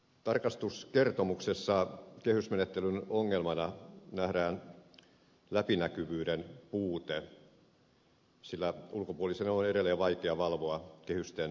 tarkastuskertomuksessa kehysmenettelyn ongelmana nähdään läpinäkyvyyden puute sillä ulkopuolisen on edelleen vaikea valvoa kehysten noudattamista